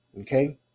Okay